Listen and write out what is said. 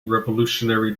revolutionary